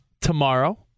tomorrow